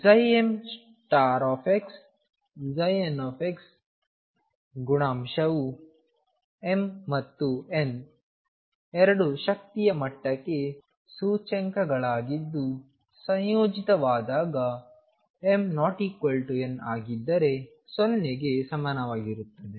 mxn ಗುಣಾಂಶವು m ಮತ್ತು n 2 ಶಕ್ತಿಯ ಮಟ್ಟಕ್ಕೆ ಸೂಚ್ಯಂಕಗಳಾಗಿದ್ದು ಸಂಯೋಜಿತವಾದಾಗ m ≠ n ಆಗಿದ್ದರೆ 0 ಗೆ ಸಮಾನವಾಗಿರುತ್ತದೆ